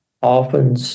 often